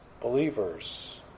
believers